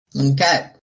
Okay